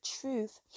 truth